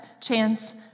chance